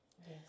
yes